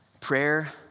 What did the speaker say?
Prayer